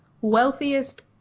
wealthiest